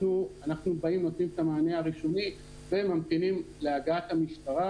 אנחנו באים ונותנים את המענה הראשוני וממתינים להגעת המשטרה,